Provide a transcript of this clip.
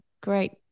great